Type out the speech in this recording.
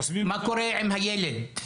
מה קורה עם הילד?